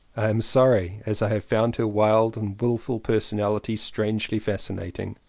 i am sorry, as i have found her wild and wilful personality strangely fascinating.